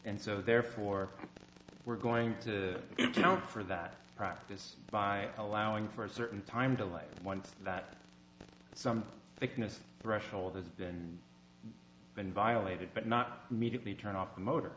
and so therefore we're going to count for that practice by allowing for a certain time delay and once that some thickness threshold has been been violated but not immediately turn off the motor